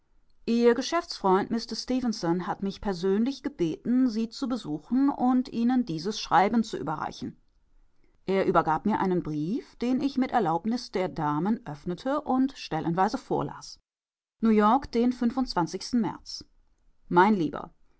ihr geschäftsfreund mister stefenson hat mich persönlich gebeten sie zu besuchen und ihnen dieses schreiben zu überreichen er übergab mir einen brief den ich mit erlaubnis der damen öffnete und stellenweise vorlas neuyork den märz mein lieber